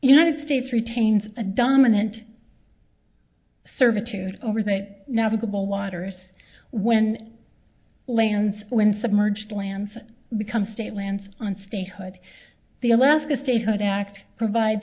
united states retains a dominant servitude over that navigable waters when lands when submerged lands become state lands on statehood the alaska statehood act provide